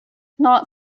not